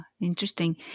Interesting